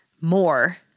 more